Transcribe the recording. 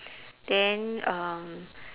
then um